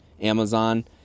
Amazon